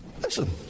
listen